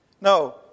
No